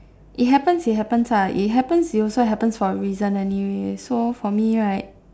it happens it happens lah it happens it also happens for a reason anyway so for me right